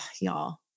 y'all